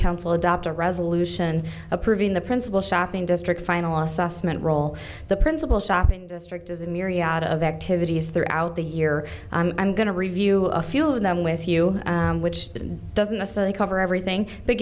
council adopt a resolution approving the principal shopping district final assessment role the principal shopping district as a myriad of activities throughout the year i'm going to review a few of them with you which doesn't necessarily cover everything